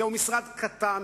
זה משרד קטן,